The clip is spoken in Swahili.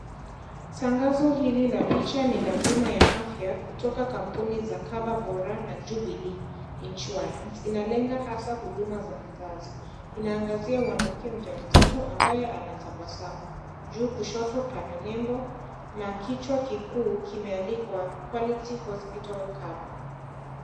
Tangazo hili la picha ni la bima ya afya kutoka kampuni za Cover Bora na Jubelee Insuarance. Inalenga hasa huduma za uzazi. Inaangazia mwanamke mjamzito ambaye anatabasamu. Juu kushoto pana nembo na kichwa kikuu kimeandikwa, (cs)quality hospital cover .